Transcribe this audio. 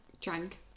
drank